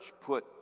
put